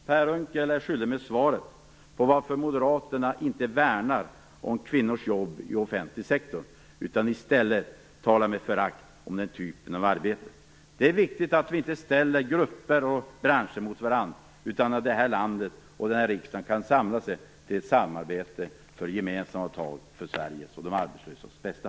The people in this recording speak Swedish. Per Unckel är skyldig mig ett svar på frågan varför moderaterna inte värnar om kvinnors jobb i offentlig sektor utan i stället talar med förakt om den typen av arbete. Det är viktigt att vi inte ställer grupper och branscher mot varandra utan att det här landet och den här riksdagen kan samla sig till ett samarbete för gemensamma tag för Sveriges och de arbetslösas bästa.